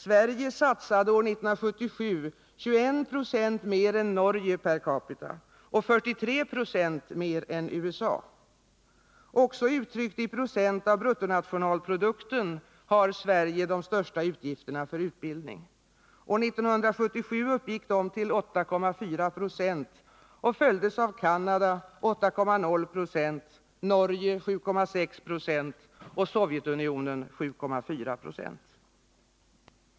Sverige satsade år 1977 21 20 mer än Norge per capita och 43 76 mer än USA. Även uttryckt i procent av bruttonationalprodukten har Sverige de största utgifterna för utbildning: År 1977 uppgick de till 8,4 96. Sverige följdes av Canada, 8,0 26, Norge 7,8 20 och Sovjetunionen 7,4 90.